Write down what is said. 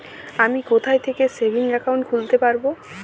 আমি কোথায় থেকে সেভিংস একাউন্ট খুলতে পারবো?